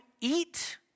eat